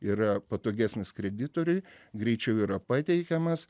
yra patogesnis kreditoriui greičiau yra pateikiamas